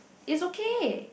it's okay